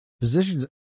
positions